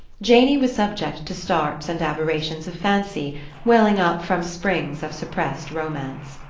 janey was subject to starts and aberrations of fancy welling up from springs of suppressed romance.